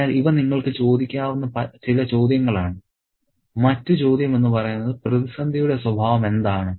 അതിനാൽ ഇവ നിങ്ങൾക്ക് ചോദിക്കാവുന്ന ചില ചോദ്യങ്ങളാണ് മറ്റ് ചോദ്യം എന്ന് പറയുന്നത് പ്രതിസന്ധിയുടെ സ്വഭാവം എന്താണ്